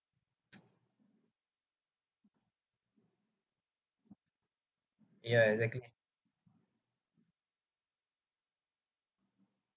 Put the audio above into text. ya exactly